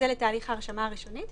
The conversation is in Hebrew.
זה לתהליך ההרשמה הראשונית.